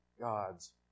God's